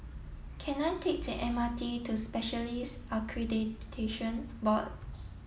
can I take the M R T to Specialists Accreditation Board